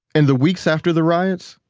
and the weeks after the riots,